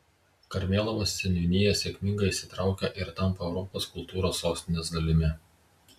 karmėlavos seniūnija sėkmingai įsitraukia ir tampa europos kultūros sostinės dalimi